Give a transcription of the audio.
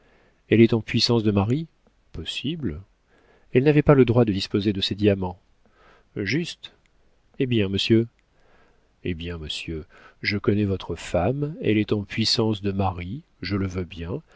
elle est en puissance de mari possible elle n'avait pas le droit de disposer de ces diamants juste eh bien monsieur eh bien monsieur je connais votre femme elle est en puissance de mari je le veux bien